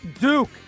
Duke